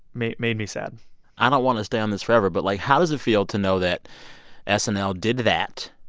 made made me sad i don't want to stay on this forever, but, like, how does it feel to know that and snl did that.